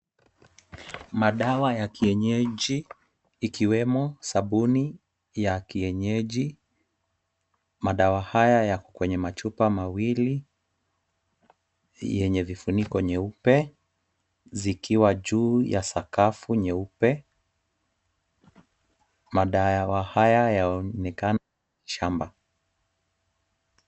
Madawa ya kienyeji ikiwemo sabuni ya kienyeji. Madawa haya yako katika machupa mawili yenye vifuniko nyeupe, zikiwa juu ya sakafu nyeupe. Madawa haya yaonekana ya miti shamba.